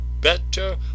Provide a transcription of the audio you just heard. better